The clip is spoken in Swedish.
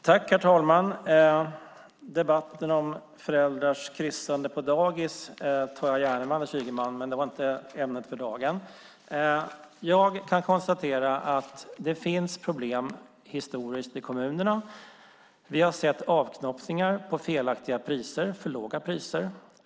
Herr talman! Debatten om föräldrars kryssande på dagis tar jag gärna med Anders Ygeman, men det var inte ämnet för dagen. Jag kan konstatera att det finns problem historiskt i kommunerna. Vi har sett avknoppningar till felaktiga priser, för låga priser.